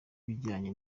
ibijyanye